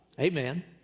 Amen